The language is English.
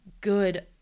good